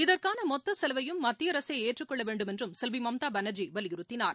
இதற்கானமொத்தசெலவையும் மத்தியஅரசேஏற்றுக் கொள்ளவேண்டும் என்றும் செல்விமம்தாபானர்ஜி வலியுறுத்தினார்